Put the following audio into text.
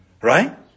Right